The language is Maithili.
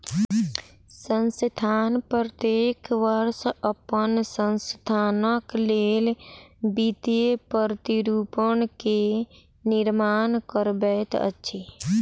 संस्थान प्रत्येक वर्ष अपन संस्थानक लेल वित्तीय प्रतिरूपण के निर्माण करबैत अछि